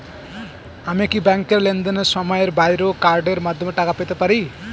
আমি কি ব্যাংকের লেনদেনের সময়ের বাইরেও কার্ডের মাধ্যমে টাকা পেতে পারি?